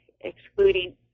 excluding